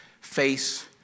face